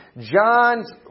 John's